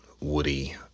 Woody